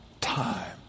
time